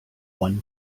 one